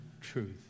truth